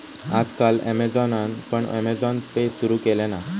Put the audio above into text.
आज काल ॲमेझॉनान पण अँमेझॉन पे सुरु केल्यान हा